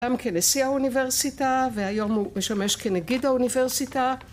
‫גם כנשיא האוניברסיטה, ‫והיום הוא משמש כנגיד האוניברסיטה.